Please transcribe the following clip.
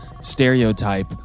stereotype